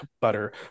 butter